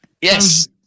yes